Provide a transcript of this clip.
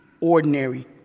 ordinary